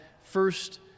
first